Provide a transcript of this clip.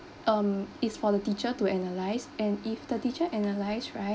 um it's for the teacher to analyse and if the teacher analyse right